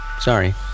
Sorry